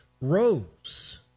rose